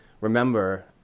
remember